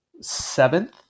seventh